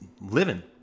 living